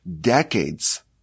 decades